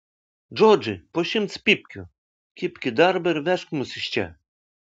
džordžai po šimtas pypkių kibk į darbą ir vežk mus iš čia